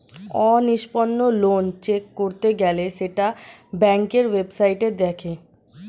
অনিষ্পন্ন loan check করতে গেলে সেটা ব্যাংকের ওয়েবসাইটে দেখে